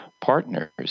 partners